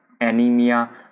anemia